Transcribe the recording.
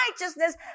righteousness